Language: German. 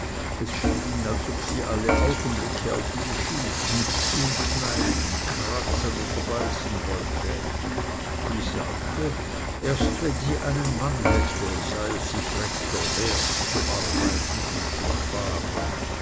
es schien als ob sie alle augenblicke auf ihn schießen ihn kneipen kratzen oder beißen wollte die sagte erst wenn sie einen mann hätte sei es sich recht der wert zu arbeiten und zu sparen